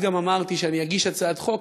אז גם אמרתי שאני אגיש הצעת חוק,